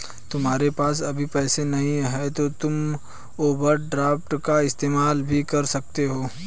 तुम्हारे पास अभी पैसे नहीं है तो तुम ओवरड्राफ्ट का इस्तेमाल भी कर सकते हो